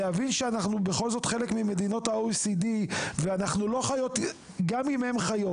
להבין שאנחנו בכל זאת חלק ממדינות ה-OECD ואנחנו לא חיות גם אם הם חיות